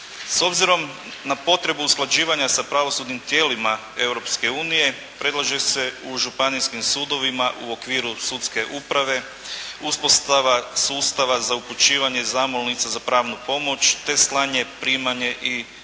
S obzirom na potrebu usklađivanja sa pravosudnim tijelima Europske unije predlaže se u županijskim sudovima u okviru sudske uprave uspostava sustava za upućivanje zamolnica za pravnu pomoć, te slanje, primanje i izvršenje